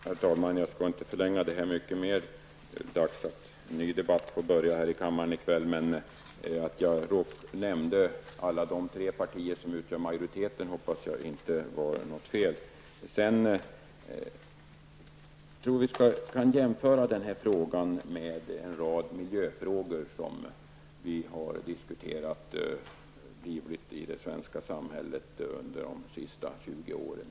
Herr talman! Jag skall inte förlänga debatten särskilt mycket mera. Det börjar bli dags för en ny debatt här i kammaren i kväll. Jag vill bara säga att jag hoppas att det inte var fel av mig att nämna de tre partier som utgör en majoritet här. Denna fråga kan nog jämföras med en rad andra miljöfrågor som har diskuterats livligt i vårt samhälle under de senaste 20 åren.